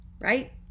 right